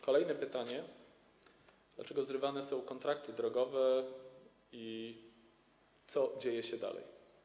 Kolejne pytanie: Dlaczego zrywane są kontrakty drogowe i co dzieje się dalej?